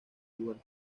igual